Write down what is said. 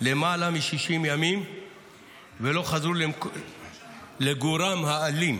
למעלה מ-60 ימים ולא חזרו לגורם האלים,